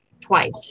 twice